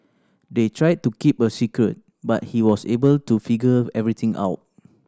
they tried to keep a secret but he was able to figure everything out